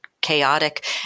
chaotic